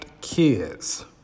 kids